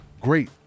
great